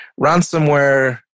Ransomware